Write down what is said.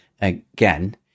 again